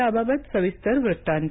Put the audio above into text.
याबाबत सविस्तर वृत्तांत